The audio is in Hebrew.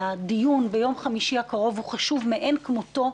הדיון ביום חמישי הקרוב הוא חשוב מאין כמותו.